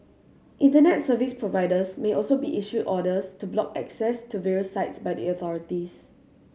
Internet service providers may also be issued orders to block access to various sites by the authorities